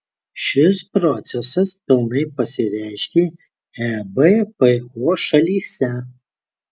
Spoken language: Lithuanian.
šis procesas pilnai pasireiškė ebpo šalyse